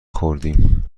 خوردیم